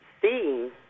seeing